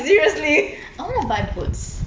I want to buy boots